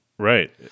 Right